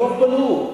עזוב בנו,